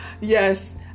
Yes